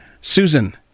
Susan